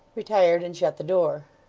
retired, and shut the door.